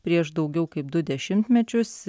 prieš daugiau kaip du dešimtmečius